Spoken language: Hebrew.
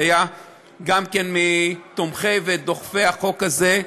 שהיה גם הוא מהתומכים והדוחפים של החוק הזה.